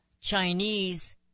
Chinese